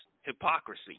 hypocrisy